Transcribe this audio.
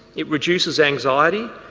it reduces anxiety,